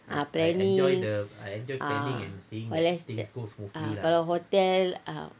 ah planning ah kalau is is kalau hotel